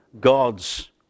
gods